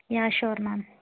yeah sure ma'am